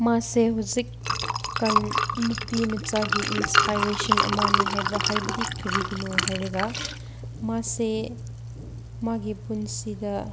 ꯃꯥꯁꯦ ꯍꯧꯖꯤꯛꯀꯥꯟ ꯅꯨꯄꯤ ꯃꯆꯥꯒꯤ ꯏꯟꯁꯄꯥꯏꯔꯦꯁꯟ ꯑꯃꯅꯤ ꯍꯥꯏꯕ ꯍꯥꯏꯕꯗꯤ ꯀꯔꯤꯒꯤꯅꯣ ꯍꯥꯏꯔꯒ ꯃꯥꯁꯦ ꯃꯥꯒꯤ ꯄꯨꯟꯁꯤꯗ